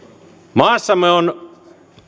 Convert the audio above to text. maassamme on